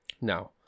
Now